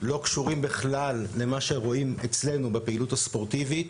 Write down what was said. לא קשורים בכלל למה שרואים אצלנו בפעילות הספורטיבית.